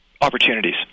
opportunities